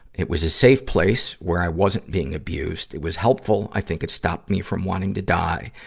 it was a safe place, where i wasn't being abused. it was helpful i think it stopped me from wanting to die.